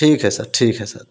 ठीक है सर ठीक है सर